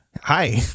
Hi